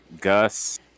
Gus